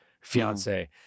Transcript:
fiance